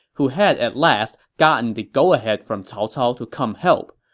who had at last gotten the go-ahead from cao cao to come help.